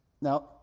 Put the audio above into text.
Now